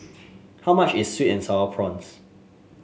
how much is sweet and sour prawns